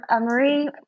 Marie